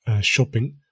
shopping